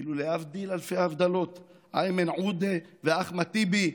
ואילו להבדיל אלפי הבדלות איימן עודה ואחמד טיבי,